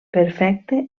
perfecte